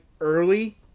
early